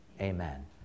Amen